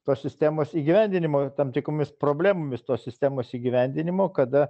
tos sistemos įgyvendinimo tam tikromis problemomis tos sistemos įgyvendinimo kada